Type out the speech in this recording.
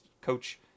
coach